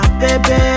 baby